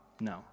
No